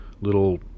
little